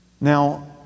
now